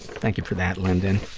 thank you for that, linden.